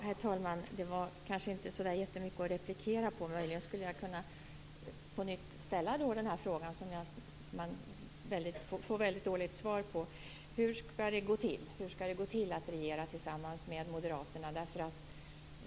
Herr talman! Det var kanske inte så mycket att replikera på, men jag skulle på nytt kunna ställa den fråga som jag har fått ett dåligt svar på: Hur skall det gå till att regera tillsammans med Moderaterna?